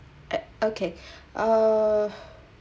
o~ okay uh